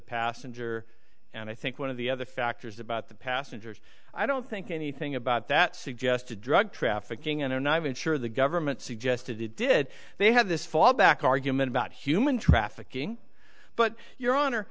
passenger and i think one of the other factors about the passengers i don't think anything about that suggested drug trafficking and they're not even sure the government suggested it did they have this fallback argument about human trafficking but your hon